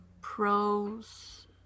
Pros